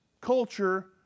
culture